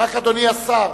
אדוני שר